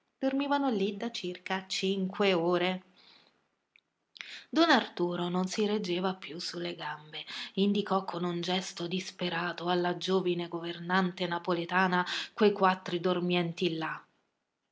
dormivano lì da circa cinque ore don arturo non si reggeva più su le gambe indicò con un gesto disperato alla giovine governante napoletana quei quattro dormienti là